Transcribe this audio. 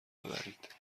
ببرید